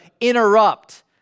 interrupt